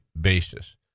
basis